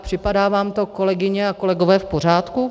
Připadá vám to, kolegyně a kolegové, v pořádku?